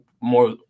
more